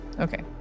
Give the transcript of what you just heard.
Okay